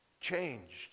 changed